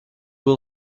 will